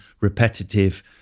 repetitive